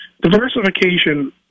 diversification